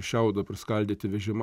šiaudo priskaldyti vežimą